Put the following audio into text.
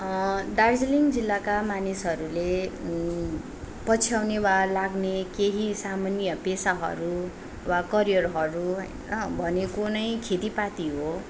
दार्जिलिङ जिल्लाका मानिसहरूले पछ्याउने वा लाग्ने केही सामान्य पेशाहरू वा करियरहरू होइन भनेको नै खेतीपाती हो